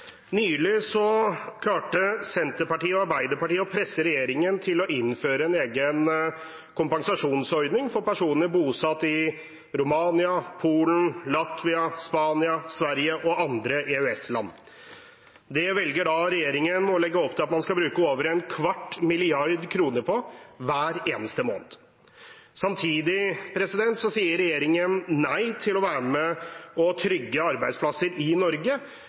Nylig klarte Senterpartiet og Arbeiderpartiet å presse regjeringen til å innføre en egen kompensasjonsordning for personer bosatt i Romania, Polen, Latvia, Spania, Sverige og andre EØS-land. Det velger da regjeringen å legge opp til at man skal bruke over en kvart milliard kroner på hver eneste måned. Samtidig sier regjeringen nei til å være med og trygge arbeidsplasser i Norge